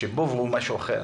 השיבוב הוא משהו אחר.